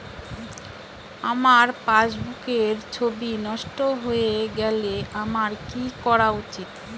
আমার পাসবুকের ছবি নষ্ট হয়ে গেলে আমার কী করা উচিৎ?